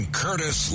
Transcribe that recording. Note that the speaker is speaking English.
curtis